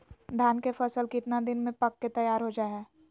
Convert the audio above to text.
धान के फसल कितना दिन में पक के तैयार हो जा हाय?